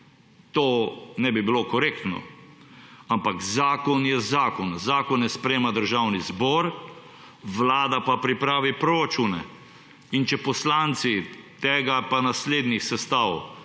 To ne bi bilo korektno, ampak zakon je zakon. Zakone sprejema Državni zbor, Vlada pa pripravi proračune. In če poslanci tega sestava pa naslednjih sestav